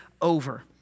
over